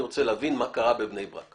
אני רוצה להבין מה קרה בבני ברק.